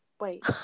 Wait